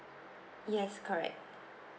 yes correct